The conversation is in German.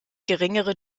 geringere